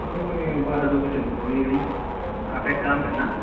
نہیں بارہ سو کی تو نہیں ہو گی بھئی آپ ایک کام کرنا